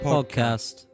Podcast